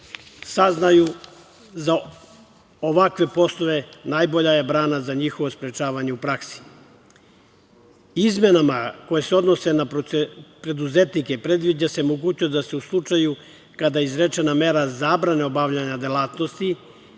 saznaju za ovakve poslove, najbolja je brana za njihovo sprečavanje u praksi. Izmenama koje se odnose na preduzetnike predviđa se mogućnost da se u slučaju kada je izrečena mera zabrane obavljanja delatnosti